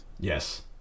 Yes